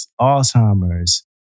Alzheimer's